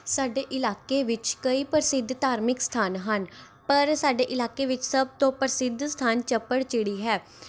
ਸਾਡੇ ਇਲਾਕੇ ਵਿੱਚ ਕਈ ਪ੍ਰਸਿੱਧ ਧਾਰਮਿਕ ਸਥਾਨ ਹਨ ਪਰ ਸਾਡੇ ਇਲਾਕੇ ਵਿੱਚ ਸਭ ਤੋਂ ਪ੍ਰਸਿੱਧ ਸਥਾਨ ਚੱਪੜਚਿੜੀ ਹੈ